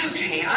Okay